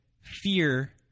fear